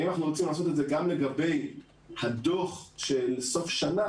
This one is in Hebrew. האם אנחנו רוצים לעשות את זה גם לגבי הדוח של סוף שנה?